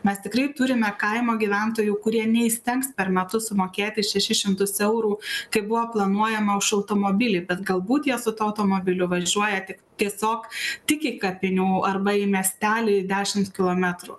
mes tikrai turime kaimo gyventojų kurie neįstengs per metus sumokėti šešis šimtus eurų kai buvo planuojama už automobilį bet galbūt jie su tuo automobiliu važiuoja tik tiesiog tik iki kapinių arba į miestelį dešimt kilometrų